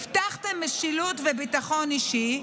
הבטחתם משילות וביטחון אישי,